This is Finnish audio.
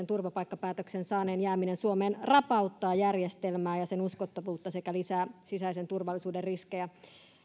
turvapaikkapäätöksen saaneen jääminen suomeen rapauttaa järjestelmää ja sen uskottavuutta sekä lisää sisäisen turvallisuuden riskejä